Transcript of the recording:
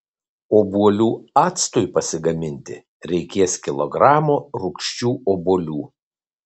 obuolių actui pasigaminti reikės kilogramo rūgščių obuolių